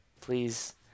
please